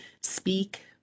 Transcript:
Speak